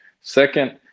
Second